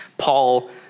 Paul